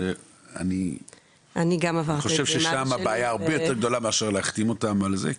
ואני חושב ששם זו בעיה הרבה יותר גדולה מלהחתים אותם על זה,